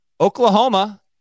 Oklahoma